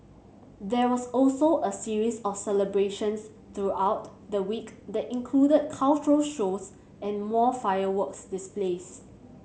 there was also a series of celebrations throughout the week that included cultural shows and more fireworks displays